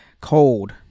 Cold